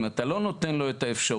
אם אתה לא נותן לו את האפשרות,